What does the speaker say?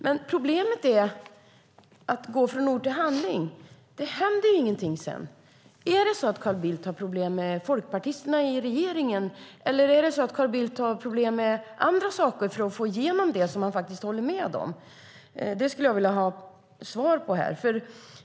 Men problemet är att gå från ord till handling. Det händer ingenting sedan. Har Carl Bildt problem med folkpartisterna i regeringen, eller har han problem med andra saker för att få igenom det som han faktiskt håller med om? Det skulle jag vilja ha svar på.